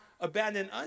abandoned